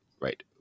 right